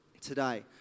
today